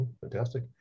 Fantastic